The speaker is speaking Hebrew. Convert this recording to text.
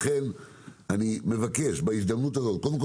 לכן אני מבקש בהזדמנות הזאת קודם כל